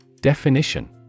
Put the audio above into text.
Definition